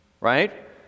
Right